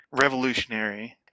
revolutionary